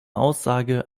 aussage